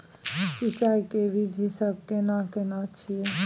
सिंचाई के विधी सब केना कोन छिये?